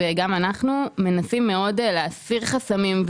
וגם אנחנו מנסים מאוד להסיר חסמים,